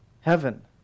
heaven